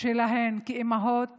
שלהן כאימהות